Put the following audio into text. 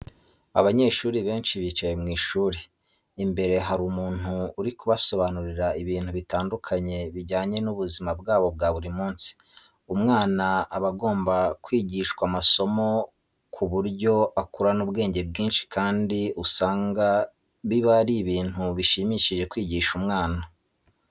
Abanyeshuri benshi bicaye mu ishuri, imbere hari umuntu uri kubasobanurira ibintu bitandukanye bijyanye n'ubuzima bwabo bwa buri munsi. Umwana aba agomba kwigishwa amasomo ku buryo akurana ubwenge bwinshi kandi usanga biba ari ibintu bishimishije kwigisha umwana.